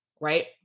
Right